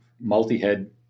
multi-head